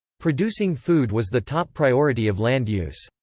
producing food was the top priority of land use.